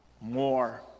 More